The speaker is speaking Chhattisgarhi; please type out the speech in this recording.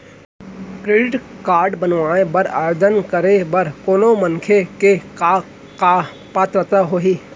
क्रेडिट कारड बनवाए बर आवेदन करे बर कोनो मनखे के का पात्रता होही?